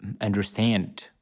understand